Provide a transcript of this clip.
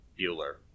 Bueller